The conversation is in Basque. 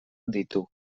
ditu